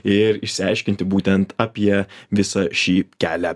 ir išsiaiškinti būtent apie visą šį kelią